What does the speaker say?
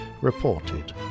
reported